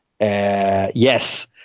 yes